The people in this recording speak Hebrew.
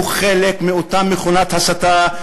הוא חלק מאותה מכונת הסתה,